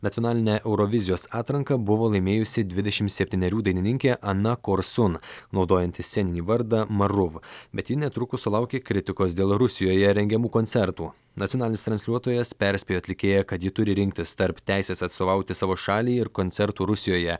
nacionalinę eurovizijos atranką buvo laimėjusi dvidešimt septynerių dainininkė ana korsun naudojanti sceninį vardą maruv bet ji netrukus sulaukė kritikos dėl rusijoje rengiamų koncertų nacionalinis transliuotojas perspėjo atlikėją kad ji turi rinktis tarp teisės atstovauti savo šalį ir koncertų rusijoje